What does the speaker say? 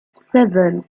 seven